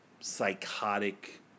psychotic